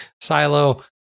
Silo